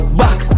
back